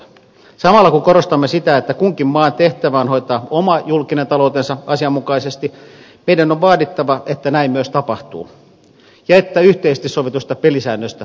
samalla kun korostamme sitä että kunkin maan tehtävä on hoitaa oma julkinen taloutensa asianmukaisesti meidän on vaadittava että näin myös tapahtuu ja että yhteisesti sovituista pelisäännöistä pidetään kiinni